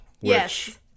Yes